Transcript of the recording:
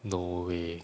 no way